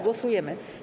Głosujemy.